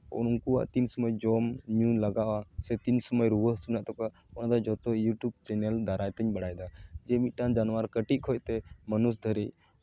ᱩᱱ ᱩᱱᱠᱩᱣᱟᱜ ᱛᱤᱱ ᱥᱚᱢᱚᱭ ᱡᱚᱢ ᱧᱩ ᱞᱟᱜᱟᱜᱼᱟ ᱥᱮ ᱛᱤᱱ ᱥᱚᱢᱚᱭ ᱨᱩᱣᱟᱹ ᱦᱟᱹᱥᱩ ᱢᱮᱱᱟᱜ ᱛᱟᱠᱚᱣᱟ ᱚᱱᱟᱫᱚ ᱡᱚᱛᱚ ᱤᱭᱩᱴᱩᱵᱽ ᱪᱮᱱᱮᱞ ᱫᱟᱨᱟᱭ ᱛᱤᱧ ᱵᱟᱲᱟᱭᱮᱫᱟ ᱡᱮ ᱢᱤᱫᱴᱟᱱ ᱡᱟᱱᱣᱟᱨ ᱠᱟᱹᱴᱤᱡ ᱠᱷᱚᱱ ᱛᱮ ᱢᱟᱹᱱᱩᱥ ᱫᱷᱟᱹᱵᱤᱡ